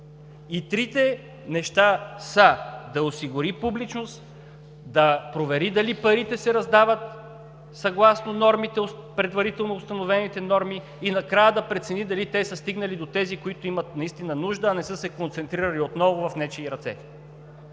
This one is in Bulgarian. И трите неща са да осигури публичност, да провери дали парите се раздават съгласно предварително установените норми и накрая да прецени дали те са стигнали до тези, които имат наистина нужда, а не са се концентрирали отново в нечии ръце